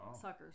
Suckers